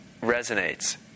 resonates